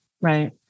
right